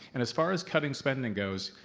and as far as cutting spending and goes,